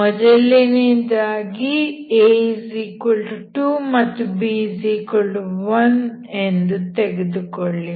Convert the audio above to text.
ಮೊದಲನೇದಾಗಿ a2 ಮತ್ತು b1 ಎಂದು ತೆಗೆದುಕೊಳ್ಳಿ